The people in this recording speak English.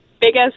biggest